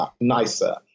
nicer